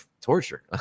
torture